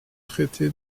traité